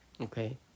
Okay